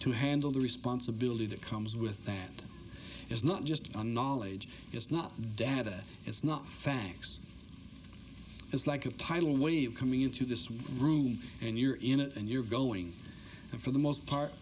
to handle the responsibility that comes with that is not just on knowledge is not data it is not facts it's like a tidal wave coming into this room and you're in it and you're going for the most part